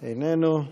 איננו.